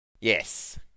Yes